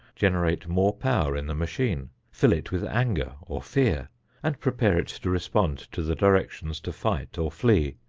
generate more power in the machine, fill it with anger or fear and prepare it to respond to the directions to fight or flee,